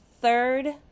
Third